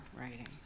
writing